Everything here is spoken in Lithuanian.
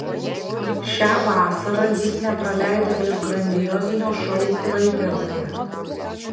šią vasarą jis nepraleido ir grandiozinio šou klaipėdoje